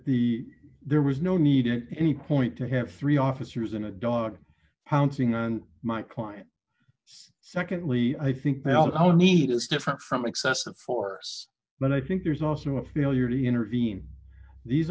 the there was no need in any point to have three officers in a dog pouncing on my client secondly i think that all i would need is different from excessive force but i think there's also a failure to intervene these